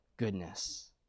goodness